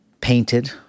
painted